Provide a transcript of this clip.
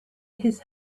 his